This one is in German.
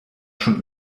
schon